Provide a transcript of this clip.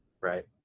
Right